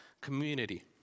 community